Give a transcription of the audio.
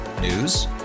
News